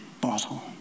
bottle